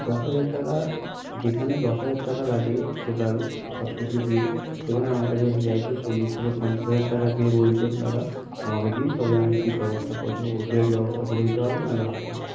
দশ হাজার টাকা যেখানে দশ হাজার টাকা লাগে টোটাল সব কিছুর বিল সেখানে আমার কাছে এসে চাইছে চল্লিশ থেকে পঞ্চাশ হাজার টাকা চেয়ে বলছেন দাদা আমাকে দিন তবে আমি সিট ব্যবস্থা করে দেব বেড ব্যবস্থা করে দিতে পারব নাহলে হবে না